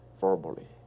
verbally